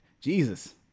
Jesus